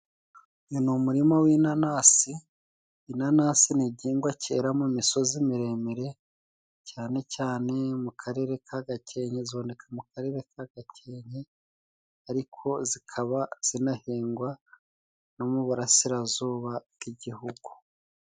Uyu ni umurima w'inanasi. Inanasi ni igihingwa cyera mu misozi miremire, cyane cyane mu karere ka Gakenke. Ziboneka mu karere ka Gakenke, ariko zikaba zinahingwa no mu burasirazuba bw'Igihugu.